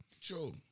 True